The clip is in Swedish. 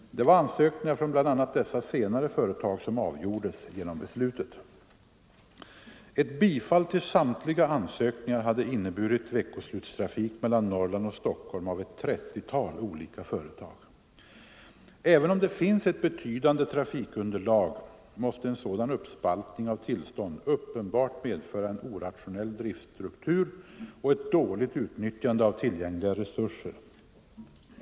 Det var ansökningar från bl.a. dessa senare företag som avgjordes genom beslutet. Ett bifall till samtliga ansökningar hade inneburit veckoslutstrafik mellan Norrland och Stockholm av ett trettiotal olika företag. Även om det finns ett betydande trafikunderlag måste en sådan uppspaltning av tillstånd uppenbart medföra en orationell driftstruktur och ett dåligt utnyttjande av tillgängliga resurser.